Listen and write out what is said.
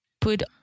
put